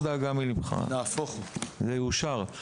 זה יאושר.